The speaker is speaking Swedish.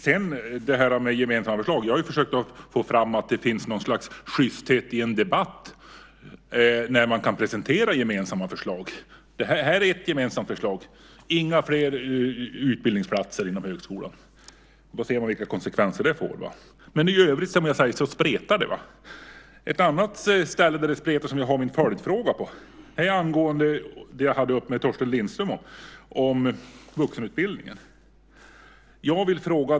När det gäller gemensamma förslag har jag försökt få fram att det finns något slags sjysthet i en debatt när man kan presentera gemensamma förslag. Det här är ett gemensamt förslag - inga fler utbildningsplatser inom högskolan. Få se vilka konsekvenser det får. Men i övrigt spretar det, som jag säger. Ett annat ställe där det spretar, som jag vill ta upp i min följdfråga, är det jag tog upp med Torsten Lindström, nämligen vuxenutbildningen.